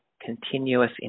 continuous